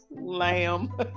lamb